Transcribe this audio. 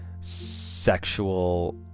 sexual